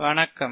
வணக்கம்